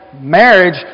marriage